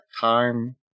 time